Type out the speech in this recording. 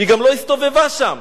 היא גם לא הסתובבה שם.